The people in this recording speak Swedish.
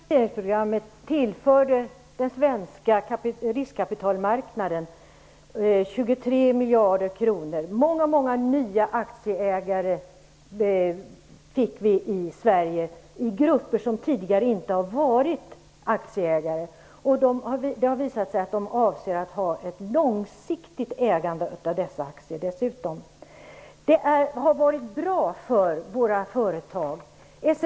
Fru talman! Det borgerliga privatiseringsprogrammet tillförde den svenska riskkapitalmarknaden 23 miljarder kronor. Vi fick många nya aktieägare i Sverige i grupper där det tidigare inte har funnits aktieägare. Det har visat sig att de dessutom avser att ha ett långsiktigt ägande av dessa aktier. Det har varit bra för våra företag.